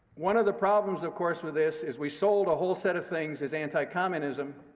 one of the problems, of course, with this is we sold a whole set of things as anticommunism,